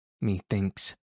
methinks